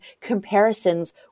comparisons